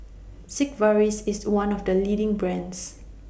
Sigvaris IS one of The leading brands